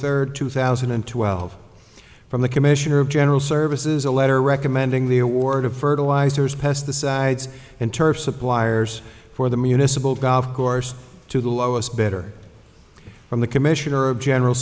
third two thousand and twelve from the commissioner of general services a letter recommending the award of fertilizers pesticides and turf suppliers for the municipal golf course to the lowest better from the commissioner of general